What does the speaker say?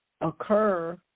occur